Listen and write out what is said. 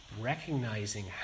Recognizing